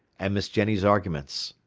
and miss jenny's arguments